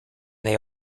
they